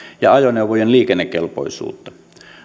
ja ajoneuvojen liikennekelpoisuutta